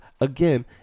again